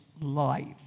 life